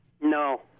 No